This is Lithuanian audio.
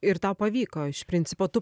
ir tau pavyko iš principo tu